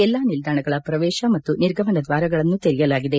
ಎಲ್ಲಾ ನಿಲ್ದಾಣಗಳ ಪ್ರವೇಶ ಮತ್ತು ನಿರ್ಗಮನ ದ್ವಾರಗಳನ್ನು ತೆರೆಯಲಾಗಿದೆ